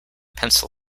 pencil